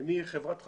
מחברת חשמל,